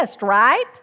right